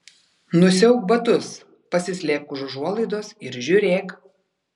nusiauk batus pasislėpk už užuolaidos ir žiūrėk